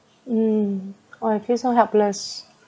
mm oh I feel so helpless